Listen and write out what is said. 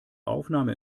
aufnahme